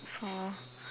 four